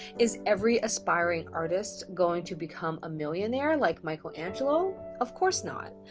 is every aspiring artist going to become a millionaire like michelangelo? of course not.